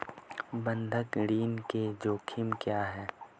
बंधक ऋण के जोखिम क्या हैं?